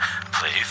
please